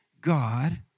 God